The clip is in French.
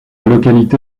localité